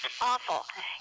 Awful